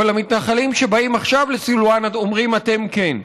אבל למתנחלים שבאים עכשיו לסילוואן אומרים: אתם כן.